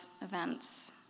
events